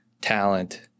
talent